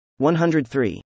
103